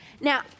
Now